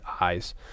eyes